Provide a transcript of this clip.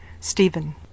Stephen